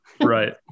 right